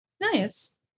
nice